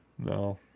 No